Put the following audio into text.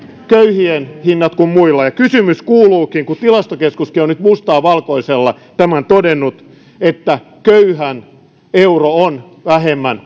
köyhien hinnat kuin muilla kuluttajahintaindeksiin verrattuna ja kysymys kuuluukin kun tilastokeskuskin on nyt mustaa valkoisella tämän todennut että köyhän euro on vähemmän